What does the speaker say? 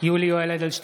יולי יואל אדלשטיין,